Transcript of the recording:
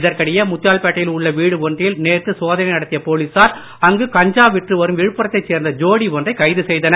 இதற்கிடையே முத்தியால்பேட் டையில் உள்ள வீடு ஒன்றில் நேற்று சோதனை நடத்திய போலீசார் அங்கு கஞ்சா விற்று வரும் விழுப்புரத்தைச் சேர்ந்த ஜோடி ஒன்றை கைது செய்தனர்